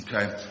Okay